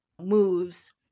moves